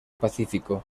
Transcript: pacífico